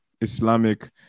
Islamic